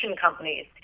companies